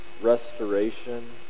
restoration